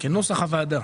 כנוסח הוועדה.